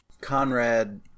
conrad